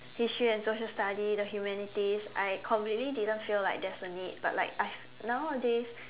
history and social studies the humanities I completely didn't feel like there's a need but like I've nowadays